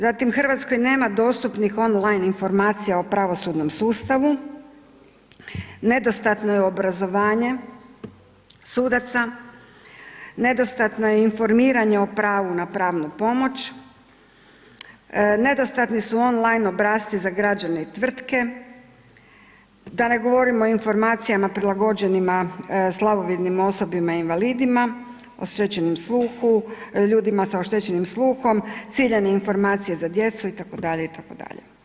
Zatim u Hrvatskoj nema dostupnih on-line inforamcija o pravosudnom sustavu, nedostatno je obrazovanje sudaca, nedostatno je informiranje o pravu na pravnu pomoć, nedostatni su on-line obrasci za građane i tvrtke, da ne govorimo o informacijama prilagođenima slabovidnim osobama i invalidima, oštećenim sluhu, ljudima sa oštećenim sluhom, ciljane informacije za djecu itd., itd.